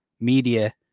Media